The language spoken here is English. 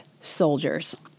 soldiers